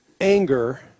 anger